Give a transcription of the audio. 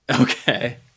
Okay